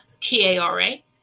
T-A-R-A